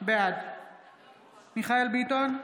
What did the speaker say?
בעד מיכאל מרדכי ביטון,